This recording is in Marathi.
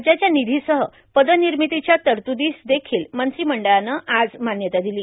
राज्याच्या निधीसह पदनिर्मितीच्या तरतुदीसदेखील मंत्रिमंडळाने आज मान्यता दिली